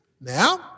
Now